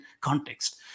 context